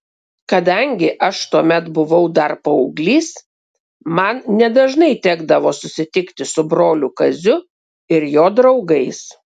kadangi aš tuomet buvau dar paauglys man nedažnai tekdavo susitikti su broliu kaziu ir jo draugais